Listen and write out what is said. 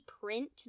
print